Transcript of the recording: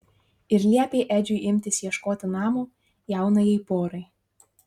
ir liepė edžiui imtis ieškoti namo jaunajai porai